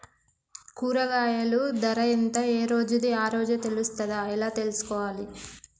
కూరగాయలు ధర ఎంత ఏ రోజుది ఆ రోజే తెలుస్తదా ఎలా తెలుసుకోవాలి?